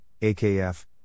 AKF